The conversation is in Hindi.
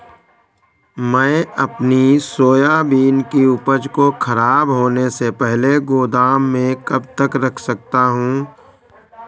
मैं अपनी सोयाबीन की उपज को ख़राब होने से पहले गोदाम में कब तक रख सकता हूँ?